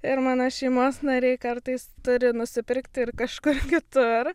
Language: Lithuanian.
ir mano šeimos nariai kartais turi nusipirkti ir kažkur kitur